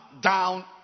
down